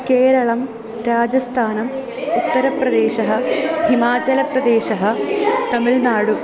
केरळं राजस्थानम् उत्तरप्रदेशः हिमाचलप्रदेशः तमिल्नाडु